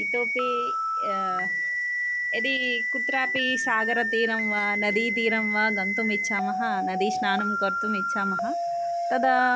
इतोऽपि यदि कुत्रापि सागरतीरं वा नदी तीरं वा गन्तुम् इच्छामः नदीस्नानं कर्तुम् इच्छामः तदा